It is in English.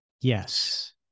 Yes